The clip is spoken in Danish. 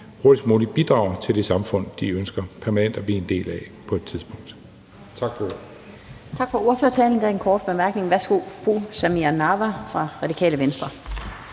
hurtigst muligt bidrager til det samfund, de ønsker permanent at blive en del af på et tidspunkt. Tak for ordet. Kl. 15:13 Den fg. formand (Annette Lind): Tak for ordførertalen. Der er en kort bemærkning. Værsgo, fru Samira Nawa fra Radikale Venstre.